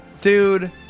Dude